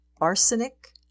arsenic